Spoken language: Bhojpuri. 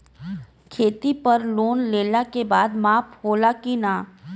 खेती पर लोन लेला के बाद माफ़ होला की ना?